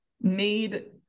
made